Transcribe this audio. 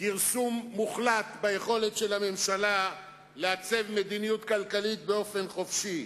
כרסום מוחלט לעצב מדיניות כלכלית באופן חופשי.